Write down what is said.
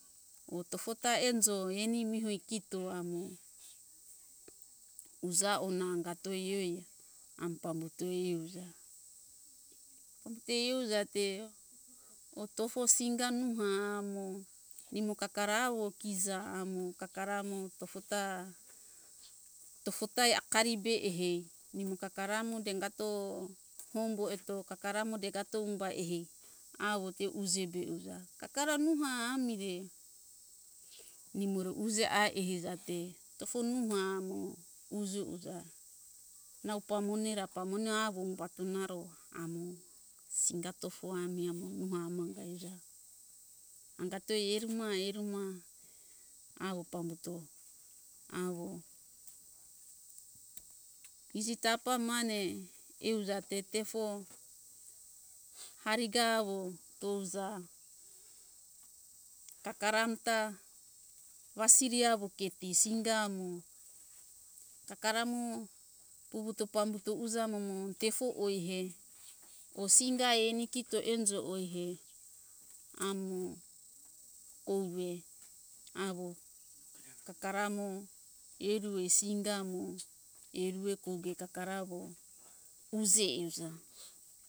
Or tofota enjo eni mi hoi kito amo uja or na angato ioi am pambuto iuja pambuto iuja te or or tofo singa nuha amo nimo kakara awo kiza amo kakara mo tofota - tofota akaribe ehei nimo kakara amo dengato hombo eto kakara amo degato umba ehei awo te uje be uja kakara nuha amire nimore uje ai ehija te tofo nuha amo uje ujara nau pamone ra pamone awo umbato naro amo singa tofo ami amo nuha amanga uja angato eruma - eruma awo pambuto awo iji tapa mane euja te tefo hariga awo touza kakara amta wasiri awo keti singa amo kakara mo puvuto pambuto uja amo mo tefo oihe or singa eni kito enjo oihe amo ouve awo kakara amo erue singa mo erue koge kakara awo uje euja